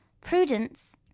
prudence